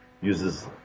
uses